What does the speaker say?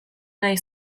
nahi